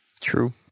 True